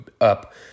up